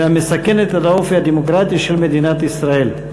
המסכנת את האופי הדמוקרטי של מדינת ישראל.